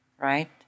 right